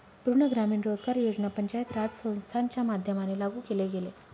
पूर्ण ग्रामीण रोजगार योजना पंचायत राज संस्थांच्या माध्यमाने लागू केले गेले